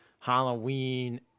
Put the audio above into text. Halloween